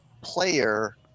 player